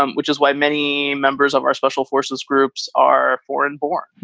um which is why many members of our special forces groups are foreign born.